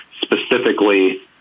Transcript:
specifically